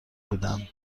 بودن